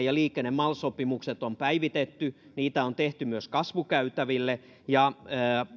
ja liikenne mal sopimukset on päivitetty niitä on tehty myös kasvukäytäville